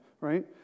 right